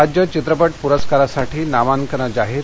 राज्य चित्रपट पुरस्कारासाठी नामांकनं जाहीर